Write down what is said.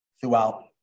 throughout